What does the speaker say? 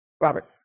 Robert